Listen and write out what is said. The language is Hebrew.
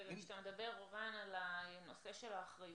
רן, כשאתה מדבר על הנושא של האחריותיות,